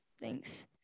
thanks